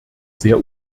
sehr